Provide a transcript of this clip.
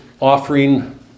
offering